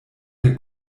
der